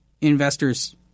investors